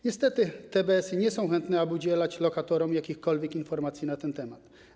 Niestety TBS-y nie są chętne, aby udzielać lokatorom jakichkolwiek informacji na ten temat.